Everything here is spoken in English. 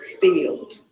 field